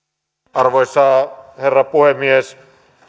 arvoisa herra puhemies